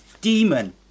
demon